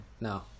No